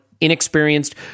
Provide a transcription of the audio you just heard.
inexperienced